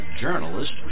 journalist